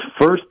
first